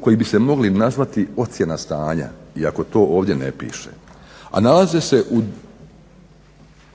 koji bi se mogli nazvati ocjena stanja iako to ovdje ne piše, a nalaze se